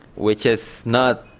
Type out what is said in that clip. which is not,